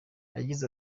yagize